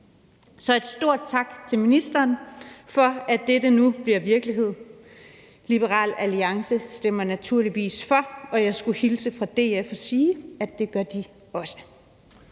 Så et stort tak til ministeren for, at dette nu bliver virkelighed. Liberal Alliance stemmer naturligvis for, og jeg skulle hilse fra DF og sige, at det gør de også.